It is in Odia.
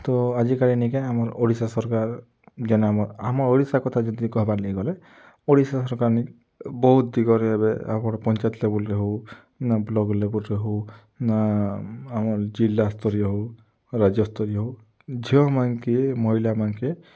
ତ ଆଜିକାଲି ନାଇ କେଁ ଆମର୍ ଓଡ଼ିଶା ସରକାର୍ ଜ୍ଞାନ ଆମର୍ ଆମ ଓଡ଼ିଶା କଥା ଯଦି କହେବାର୍ ଲାଗି ଗଲେ ଓଡ଼ିଶା ସରକାର୍ ନାଇ କେଁ ବହୁତ୍ ଦିଗରେ ଏବେ ଆପଣ୍ ପଞ୍ଚାୟତ୍ ଲେଭୁଲ୍ରେ ହେଉ ନା ବ୍ଲକ୍ ଲେଭୁଲ୍ରେ ହେଉ ନା ଆମର୍ ଜିଲ୍ଲାସ୍ତରୀୟ ହେଉ ରାଜ୍ୟସ୍ତରୀୟ ହେଉ ଝିଅମାନ୍କେ ମହିଳା ମାନ୍କେ